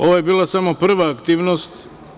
Ovo je bila samo prva aktivnost.